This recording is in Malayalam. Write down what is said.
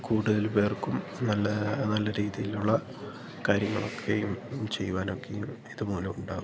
കൂടുതൽ പേർക്കും നല്ല നല്ല രീതിയിലുള്ള കാര്യങ്ങളൊക്കെയും ചെയ്യുവാനൊക്കെയും ഇത് മൂലം ഉണ്ടാകും